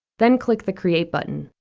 then click the create button.